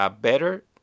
better